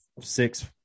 six –